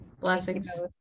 blessings